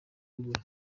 ruguru